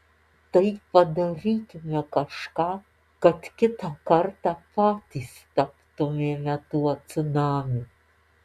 tai padarykime kažką kad kitą kartą patys taptumėme tuo cunamiu